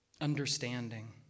Understanding